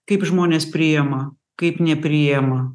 kaip žmonės priima kaip nepriima